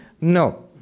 No